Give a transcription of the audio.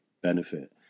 benefit